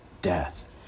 death